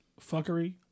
fuckery